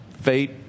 fate